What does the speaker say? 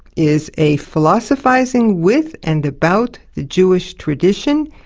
is a philosophising with and about the jewish tradition,